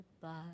goodbye